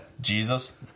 Jesus